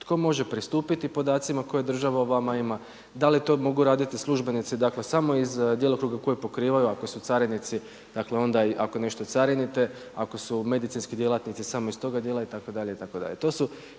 tko može pristupiti kojim podacima, koja država o vama ima, da li to mogu raditi službenici dakle samo iz djelokruga koji pokrivaju ako su carinici, dakle onda ako nešto carinite ako su medicinski djelatnici samo iz toga dijela itd. itd. To su